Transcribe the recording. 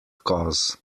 cause